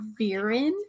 Viren